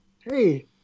hey